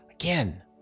Again